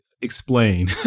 explain